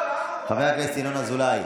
חבר הכנסת ינון אזולאי,